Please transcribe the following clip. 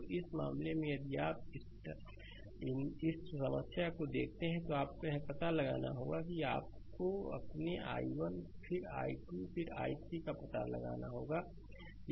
तो इस मामले में यदि आप इस समस्या को देखते हैं तो आपको यह पता लगाना होगा कि आपको अपने i1 फिर i2 फिर i3 का पता लगाना है